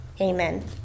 Amen